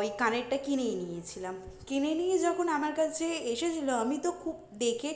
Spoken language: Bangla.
ওই কানেরটা কিনেই নিয়েছিলাম কিনে নিয়ে যখন আমার কাছে এসেছিলো আমি তো খুব দেখে